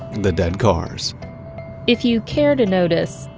the dead cars if you care to notice,